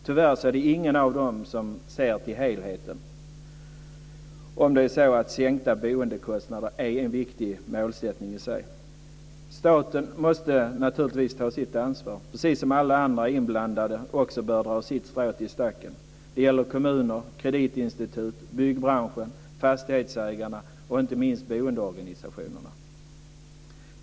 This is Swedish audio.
Tyvärr ser ingen av dem till helheten - om det är så att sänkta boendekostnader är en viktig målsättning i sig. Staten måste naturligtvis ta sitt ansvar, precis som alla andra inblandade också bör dra sitt strå till stacken. Det gäller kommuner, kreditinstitut, byggbranschen, fastighetsägarna och inte minst boendeorganisationerna.